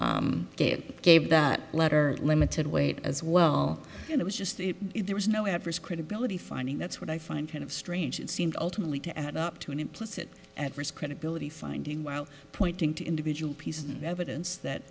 also gave that letter limited weight as well and it was just there was no adverse credibility finding that's what i find kind of strange and seemed ultimately to add up to an implicit at risk credibility finding while pointing to individual pieces of evidence that